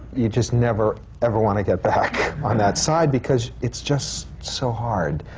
you just never, ever want to go back on that side, because it's just so hard.